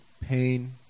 pain